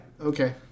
Okay